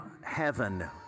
heaven